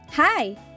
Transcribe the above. Hi